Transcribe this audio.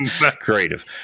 Creative